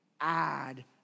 add